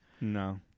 No